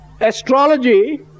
astrology